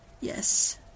Yes